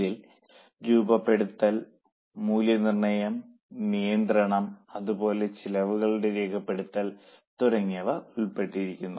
ഇതിൽ രേഖപ്പെടുത്തൽ മൂല്യനിർണയം നിയന്ത്രണം അതുപോലെ ചെലവുകളുടെ രേഖപ്പെടുത്തൽ തുടങ്ങിയവ ഉൾപ്പെട്ടിരിക്കുന്നു